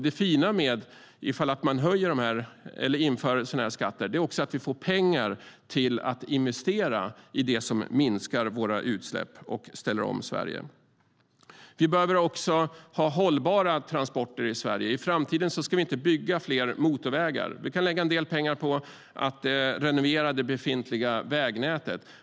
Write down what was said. Det fina med att höja eller införa sådana skatter är att vi får pengar att investera i det som minskar våra utsläpp och ställer om Sverige. Vi behöver också ha hållbara transporter i Sverige. I framtiden ska vi inte bygga fler motorvägar. Vi kan lägga en del pengar på att renovera det befintliga vägnätet.